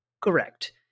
Correct